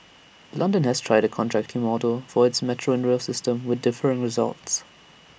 London has tried A contracting model for its metro and rail system with differing results